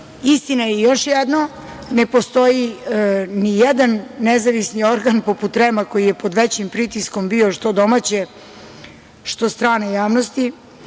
medije. Istina je još jedno, ne postoji nijedan nezavisni organ poput REM-a koji je pod većim pritiskom bio što domaće, što strane javnosti,